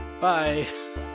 Bye